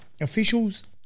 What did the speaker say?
officials